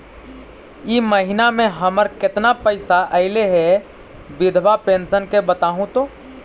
इ महिना मे हमर केतना पैसा ऐले हे बिधबा पेंसन के बताहु तो?